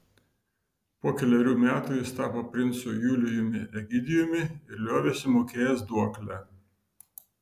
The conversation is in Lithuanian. po kelerių metų jis tapo princu julijumi egidijumi ir liovėsi mokėjęs duoklę